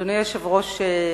אדוני היושב-ראש,